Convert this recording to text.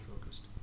focused